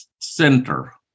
center